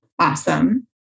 Awesome